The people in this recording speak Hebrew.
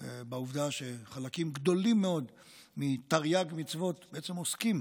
בעובדה שחלקים גדולים מאוד מתרי"ג מצוות בעצם עוסקים